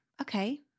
okay